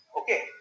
Okay